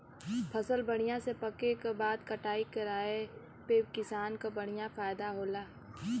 फसल बढ़िया से पके क बाद कटाई कराये पे किसान क बढ़िया फयदा होला